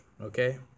okay